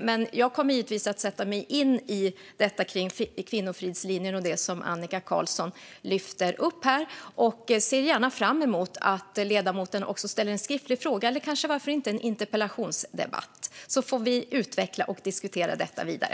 Men jag kommer givetvis att sätta mig in i detta med Kvinnofridslinjen och det som Annika Qarlsson lyfter fram här. Jag ser gärna fram emot att ledamoten också ställer en skriftlig fråga eller varför inte en interpellation, så att vi får utveckla och diskutera detta vidare.